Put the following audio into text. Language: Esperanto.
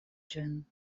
ĝin